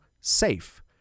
SAFE